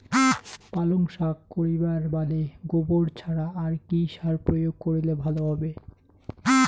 পালং শাক করিবার বাদে গোবর ছাড়া আর কি সার প্রয়োগ করিলে ভালো হবে?